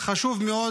חשוב מאוד